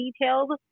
detailed